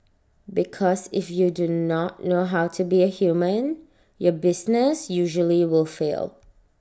because if you do not know how to be A human your business usually will fail